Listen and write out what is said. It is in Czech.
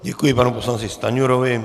Děkuji panu poslanci Stanjurovi.